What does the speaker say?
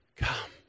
Come